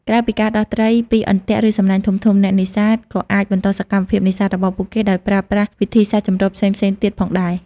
ក្រៅពីការដោះត្រីពីអន្ទាក់ឬសំណាញ់ធំៗ អ្នកនេសាទក៏អាចបន្តសកម្មភាពនេសាទរបស់ពួកគេដោយប្រើប្រាស់វិធីសាស្ត្រចម្រុះផ្សេងៗទៀតផងដែរ។